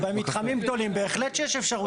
במתחמים גדולים יש אפשרות כזאת.